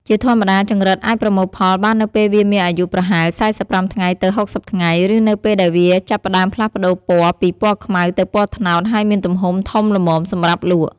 ជាធម្មតា ចង្រិតអាចប្រមូលផលបាននៅពេលវាមានអាយុប្រហែល ៤៥ ថ្ងៃ ទៅ ៦០ ថ្ងៃ ឬនៅពេលដែលវាចាប់ផ្ដើមផ្លាស់ប្ដូរពណ៌ពីពណ៌ខ្មៅទៅពណ៌ត្នោត ហើយមានទំហំធំល្មមសម្រាប់លក់។